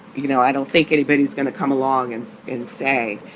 you know, i don't think anybody's gonna come along and and say,